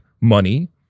money